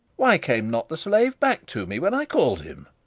why came not the slave back to me when i called him?